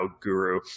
guru